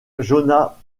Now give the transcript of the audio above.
jonas